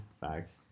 Facts